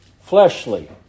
fleshly